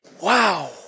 Wow